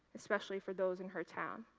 especially for those in her town.